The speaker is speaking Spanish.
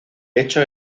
hecho